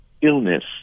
illness